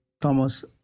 Thomas